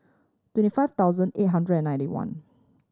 twenty five thousand eight hundred and ninety one